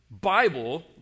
Bible